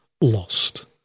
lost